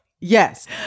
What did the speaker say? Yes